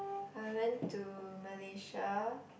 I went to Malaysia